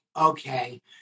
okay